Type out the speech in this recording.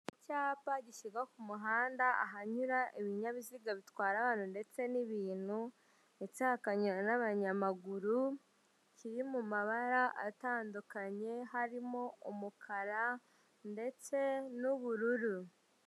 Icyapa gishyirwa ku muhanda, ahanyura ibinyabiziga bitwara abantu ndetse n'ibintu ndetse hakanyura n'abanyamaguru kiri mu mabara atandukanye harimo umukara ndetse n'ubururu.